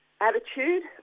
attitude